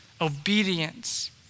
obedience